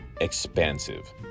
expansive